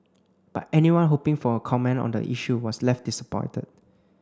but anyone hoping for a comment on the issue was left disappointed